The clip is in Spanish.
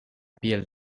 piel